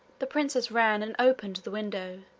the princess ran and opened the window,